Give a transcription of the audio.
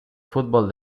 fútbol